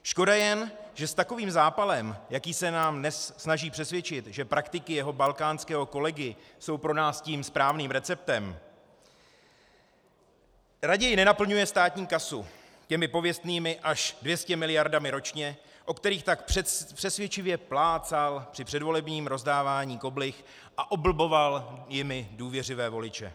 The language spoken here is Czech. Škoda jen, že s takovým zápalem, jakým se nás dnes snaží přesvědčit, že praktiky jeho balkánského kolegy jsou pro nás tím správným receptem, raději nenaplňuje státní kasu těmi pověstnými až 200 mld. ročně, o kterých tak přesvědčivě plácal při předvolebním rozdávání koblih a oblboval jimi důvěřivé voliče.